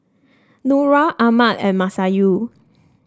Nura Ahmad and Masayu